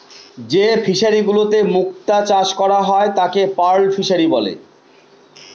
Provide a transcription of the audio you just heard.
যে ফিশারিগুলোতে মুক্ত চাষ করা হয় তাকে পার্ল ফিসারী বলে